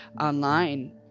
online